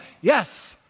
Yes